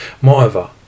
Moreover